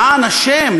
למען השם,